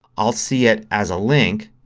i'll see it as a link.